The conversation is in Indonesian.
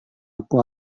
aku